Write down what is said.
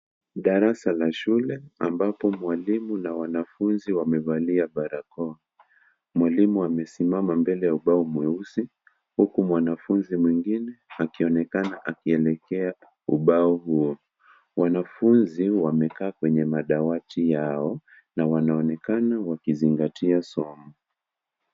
Darasa la shule ambapo mwalimu na wanafunzi wamevalia barakoa. Mwalimu amesimama mbele ya ubao mweusi. Huku mwanafunzi mwingine akionekana akielekea ubao huo. Wanafunzi wamekaa kwenye madawati yao na wanaonekana wakizingatia somo.